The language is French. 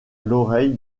l’oreille